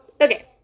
Okay